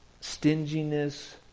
Stinginess